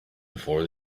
before